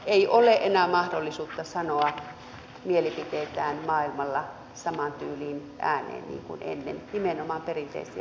ei ole enää mahdollisuutta sanoa mielipiteitään maailmalla samaan tyyliin ääneen niin kuin ennen nimenomaan perinteisiä arvoja kannattavilla